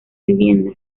vivienda